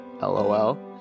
lol